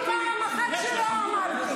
נהוג, כל הזמן אני אומרת.